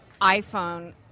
iPhone